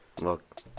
Look